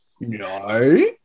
no